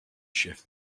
shift